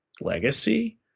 legacy